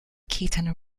khitan